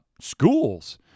schools